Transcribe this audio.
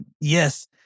Yes